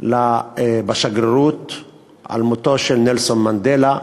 על מותו של נלסון מנדלה,